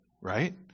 right